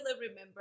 remember